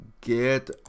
get